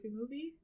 movie